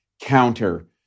counter